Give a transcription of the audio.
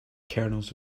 kernels